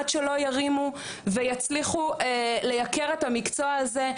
עד שלא ירימו ויצליחו לייקר את המקצוע הזה.